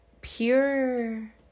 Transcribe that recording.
pure